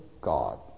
God